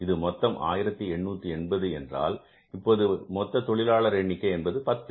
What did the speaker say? இது மொத்தம் 1880 என்றால் இப்போது மொத்த தொழிலாளர் எண்ணிக்கை என்பது 10